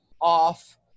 off